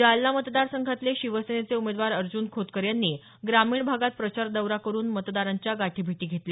जालना मतदार संघातले शिवसेनेचे उमेदवार अर्ज़्न खोतकर यांनी ग्रामीण भागात प्रचार दौरा करून मतदारांच्या गाठीभेटी घेतल्या